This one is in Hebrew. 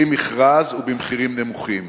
בלי מכרז ובמחירים נמוכים.